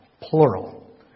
plural